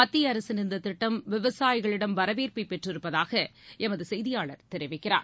மத்திய அரசின் இந்த திட்டம் விவசாயிகளிடம் வரவேற்பை பெற்றிருப்பதாக எமது செய்தியாளர் தெரிவிக்கிறார்